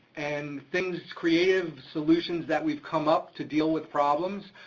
and things, creative solutions that we've come up to deal with problems,